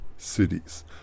Cities